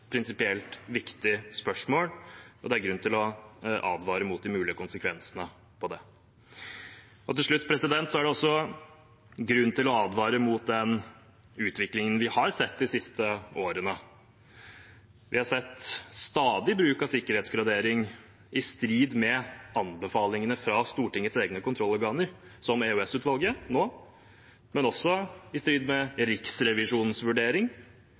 prinsipielt viktig spørsmål, og det er grunn til å advare mot de mulige konsekvensene av det. Til slutt: Det er også grunn til å advare mot den utviklingen vi har sett de siste årene. Vi har sett stadig bruk av sikkerhetsgradering i strid med anbefalingene fra Stortingets egne kontrollorganer, som EOS-utvalget nå, men også i strid med Riksrevisjonens vurdering.